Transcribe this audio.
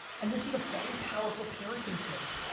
and this is a very powerful parenting tip.